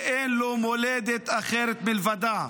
שאין לו מולדת אחרת מלבדה.